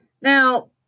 Now